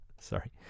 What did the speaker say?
sorry